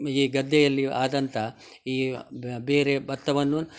ಈ ಗದ್ದೆಯಲ್ಲಿ ಆದಂತ ಈ ಬೇರೆ ಭತ್ತವನ್ನು